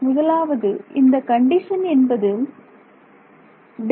முதலாவது இந்த கண்டிஷன் என்பது ∇